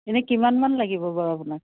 এনেই কিমানমান লাগিব বাৰু আপোনাক